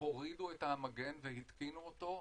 הורידו את המגן והתקינו אותו.